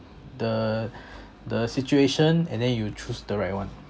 the the situation and then you choose the right one